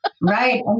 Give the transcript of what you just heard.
Right